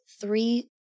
three